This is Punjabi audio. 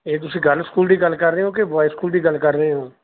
ਇਹ ਤੁਸੀਂ ਗਰਲ ਸਕੂਲ ਦੀ ਗੱਲ ਕਰ ਰਹੇ ਹੋ ਕਿ ਬੋਆਏ ਸਕੂਲ ਦੀ ਗੱਲ ਕਰ ਰਹੇ ਹੋ